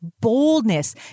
boldness